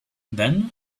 then